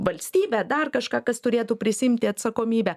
valstybę dar kažką kas turėtų prisiimti atsakomybę